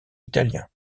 italien